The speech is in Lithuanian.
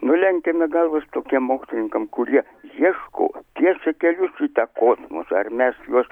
nulenkiame galvas tokiem mokslininkam kurie ieško tiesia kelius į tą kosmosą ar mes juos